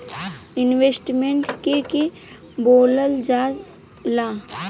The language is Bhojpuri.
इन्वेस्टमेंट के के बोलल जा ला?